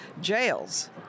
jails